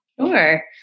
Sure